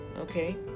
okay